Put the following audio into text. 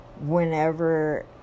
Whenever